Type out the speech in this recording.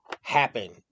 happen